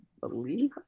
believe